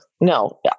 No